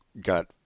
got